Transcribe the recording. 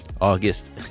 August